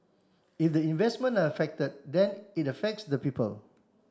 if the investments are affected then it affects the people